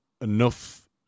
enough